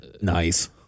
Nice